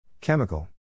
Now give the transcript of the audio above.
Chemical